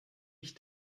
ich